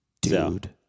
Dude